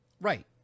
right